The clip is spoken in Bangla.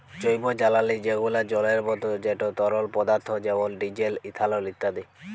জৈবজালালী যেগলা জলের মত যেট তরল পদাথ্থ যেমল ডিজেল, ইথালল ইত্যাদি